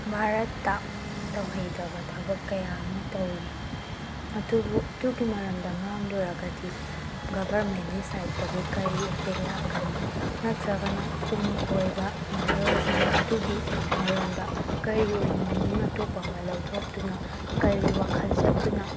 ꯚꯥꯔꯠꯇ ꯇꯧꯍꯩꯗꯕ ꯊꯕꯛ ꯀꯌꯥ ꯑꯃ ꯇꯧꯔꯤ ꯑꯗꯨꯕꯨ ꯑꯗꯨꯒꯤ ꯃꯔꯝꯗ ꯉꯥꯡꯂꯨꯔꯒꯗꯤ ꯒꯣꯚꯔꯃꯦꯟꯒꯤ ꯁꯥꯏꯠꯇꯒꯤ ꯀꯔꯤ ꯏꯐꯦꯛ ꯂꯥꯛꯀꯅꯤ ꯅꯠꯇ꯭ꯔꯒꯅ ꯇꯨꯡ ꯀꯣꯏꯕ ꯅꯍꯥꯔꯣꯜꯁꯤꯡꯅ ꯑꯗꯨꯒꯤ ꯃꯔꯝꯗ ꯀꯔꯤ ꯑꯣꯏꯅ ꯃꯤꯅꯤꯡ ꯑꯇꯣꯞꯄ ꯑꯃ ꯂꯧꯊꯣꯛꯇꯨꯅ ꯀꯔꯤ ꯋꯥꯈꯜ ꯆꯠꯇꯨꯅ